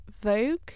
Vogue